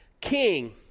king